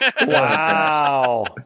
Wow